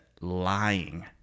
lying